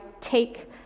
take